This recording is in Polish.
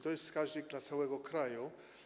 To jest wskaźnik dla całego kraju.